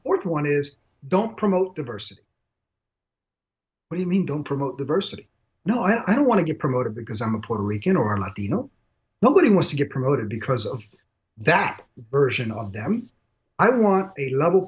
forth one is don't promote diversity what you mean don't promote diversity no i don't want to get promoted because i'm a puerto rican or not you know nobody wants to get promoted because of that version of them i want a level